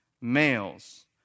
males